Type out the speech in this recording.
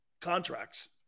contracts